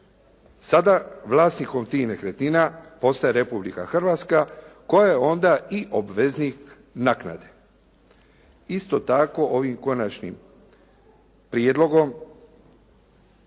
Sada vlasnikom tih nekretnina postaje Republika Hrvatska koja je onda i obveznik naknade. Isto tako ovim konačnim prijedlogom